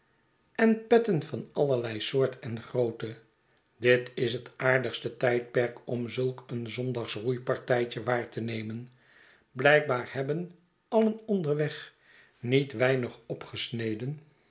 en petten van allerlei soort en grootte dit is het aardigste tijdperk om zulk een zondags roeipartijtje waar te nemen blijkbaar hebben alien onderweg niet weinig opgesneden